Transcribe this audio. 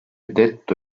detto